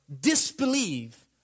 disbelieve